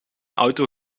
auto